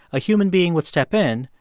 a human being would step in,